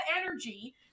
energy